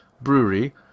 brewery